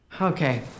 Okay